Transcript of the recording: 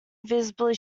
visibly